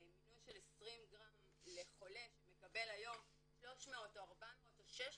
מינון של 20 גרם לחולה שמקבל היום 300 או 400 או 600